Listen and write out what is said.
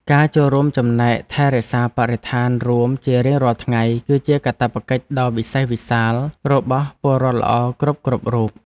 ការចូលរួមចំណែកថែរក្សាបរិស្ថានរួមជារៀងរាល់ថ្ងៃ គឺជាកាតព្វកិច្ចដ៏វិសេសវិសាលរបស់ពលរដ្ឋល្អគ្រប់ៗរូប។